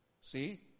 See